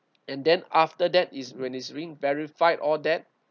and then after that is when it's being verified all that